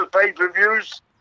pay-per-views